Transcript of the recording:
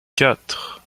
quatre